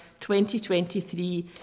2023